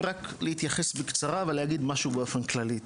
רק להתייחס בקצרה ולהגיד משהו באופן כללי.